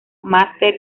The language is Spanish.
máster